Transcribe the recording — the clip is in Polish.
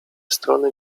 strony